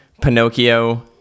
Pinocchio